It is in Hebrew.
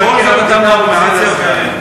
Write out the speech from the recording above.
בזמן כדי,